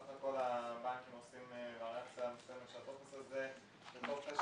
התכלית